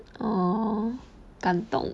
!aww! 感动